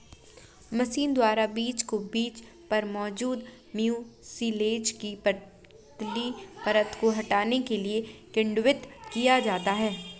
machine द्वारा बीज को बीज पर मौजूद म्यूसिलेज की पतली परत को हटाने के लिए किण्वित किया जाता है